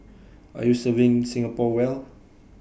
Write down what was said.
are you serving Singapore well